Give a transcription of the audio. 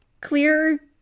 clear